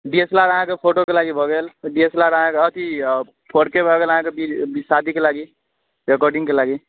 D S L R अहाँके फोटोके लागी भऽ गेल डी एस एल आर अहाँके अथी फोरके भऽ गेल अहाँके शादीके लेल रेकॉर्डिंगके लेल